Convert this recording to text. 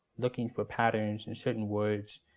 looking for patterns and certain words.